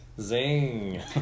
Zing